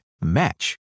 match